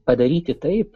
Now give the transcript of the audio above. padaryti taip